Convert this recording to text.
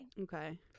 Okay